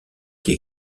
qui